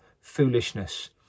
foolishness